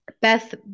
Beth